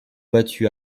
battus